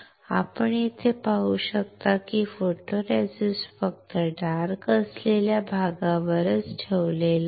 आपण येथे पाहू शकता की फोटोरेसिस्ट फक्त डार्क असलेल्या भागावरच ठेवला आहे